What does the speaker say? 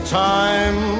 time